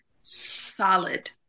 solid